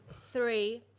three